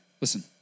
Listen